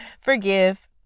Forgive